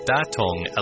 Datong